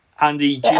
Andy